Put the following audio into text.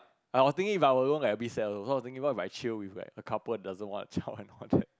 I was thinking if I alone I a bit sad also so I was thinking what if I chill with like a couple doesn't want a child and all that